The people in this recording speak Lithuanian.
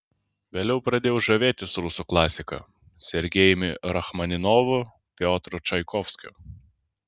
vėliau pradėjau žavėtis rusų klasika sergejumi rachmaninovu piotru čaikovskiu